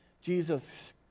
Jesus